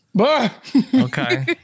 Okay